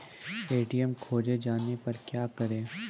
ATM खोजे जाने पर क्या करें?